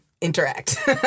interact